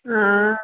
हॅं